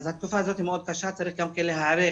התקופה הזאת מאוד קשה וצריך להיערך